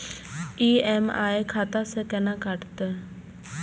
EMI खाता से केना कटते?